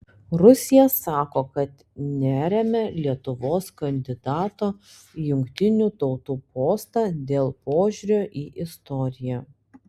rusija sako kad neremia lietuvos kandidato į jungtinių tautų postą dėl požiūrio į istoriją